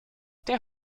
der